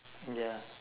ya